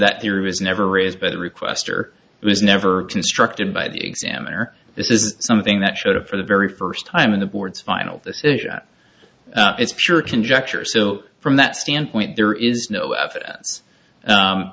that theory was never raised by the requestor was never constructed by the examiner this is something that showed up for the very first time in the board's final decision it's pure conjecture so from that standpoint there is no